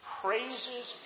praises